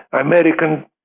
American